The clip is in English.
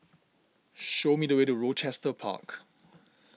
show me the way to Rochester Park